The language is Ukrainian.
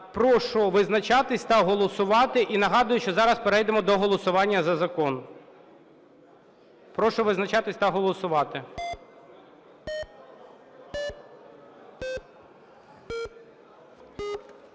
Прошу визначатись та голосувати. І нагадую, що зараз перейдемо до голосування за закон. Прошу визначатись та голосувати.